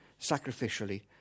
sacrificially